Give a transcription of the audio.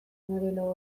modelo